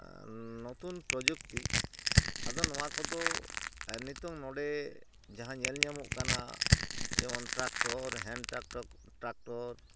ᱱᱚᱛᱩᱱ ᱯᱨᱚᱡᱩᱠᱛᱤ ᱟᱫᱚ ᱱᱚᱣᱟ ᱠᱚᱫᱚ ᱱᱤᱛᱳᱝ ᱱᱚᱸᱰᱮ ᱡᱟᱦᱟᱸ ᱧᱮᱞ ᱧᱟᱢᱚᱜ ᱠᱟᱱᱟ ᱡᱮᱢᱚᱱ ᱴᱨᱟᱠᱴᱚᱨ ᱦᱮᱱ ᱴᱨᱟᱠᱴᱚᱨ ᱴᱨᱟᱠᱴᱚᱨ